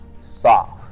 soft